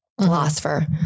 philosopher